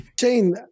Shane